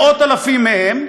של מאות אלפים מהם,